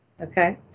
okay